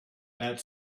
that